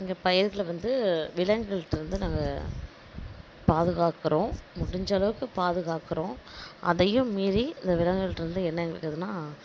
எங்கள் பயிர்களை வந்து விலங்குகள்கிட்ட இருந்து நாங்கள் பாதுகாக்கிறோம் முடிஞ்ச அளவுக்கு பாதுகாக்கிறோம் அதையும் மீறி அந்த விலங்குகள்கிட்ட இருந்து என்ன ஆகுதுன்னால்